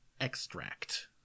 Extract